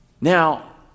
Now